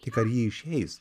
tik ar ji išeis